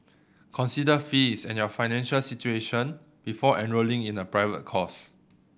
consider fees and your financial situation before enrolling in a private course